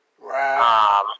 Wow